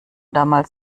damals